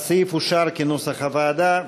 הסעיף אושר כנוסח הוועדה.